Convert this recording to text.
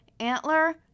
Antler